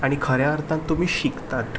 आनी खऱ्या अर्थान तुमी शिकतात